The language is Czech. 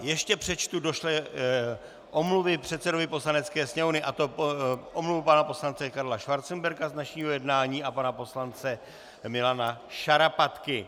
Ještě přečtu omluvy došlé předsedovi Poslanecké sněmovny, a to omluvu pana poslance Karla Schwarzenberga z dnešního jednání a pana poslance Milana Šarapatky.